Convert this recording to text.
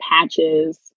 patches